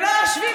מספיק.